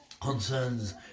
concerns